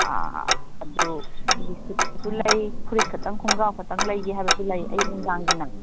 ꯑꯗꯨ ꯁꯤꯒꯤ ꯁꯨꯠꯁꯨ ꯂꯩ ꯐꯨꯔꯤꯠ ꯈꯇꯪ ꯈꯣꯡꯒ꯭ꯔꯥꯎ ꯈꯇꯪ ꯂꯩꯒꯦ ꯍꯥꯏꯕꯁꯨ ꯂꯩ ꯑꯌꯨꯛ ꯅꯨꯡꯗꯥꯡꯒꯤꯅ